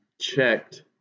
checked